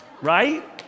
right